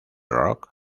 rock